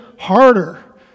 harder